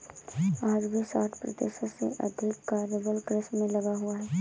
आज भी साठ प्रतिशत से अधिक कार्यबल कृषि में लगा हुआ है